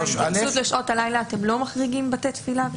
ב-3(א) בהתייחסות לשעות הלילה אתם לא מחריגים בתי תפילה?